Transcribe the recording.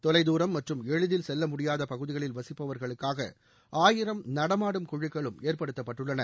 தொலைதூரம் மற்றும் எளிதில் செல்ல முடியாத பகுதிகளில் வசிப்பவர்களுக்காக ஆயிரம் நடமாடும் குழுக்களும் ஏற்படுத்தப்பட்டுள்ளன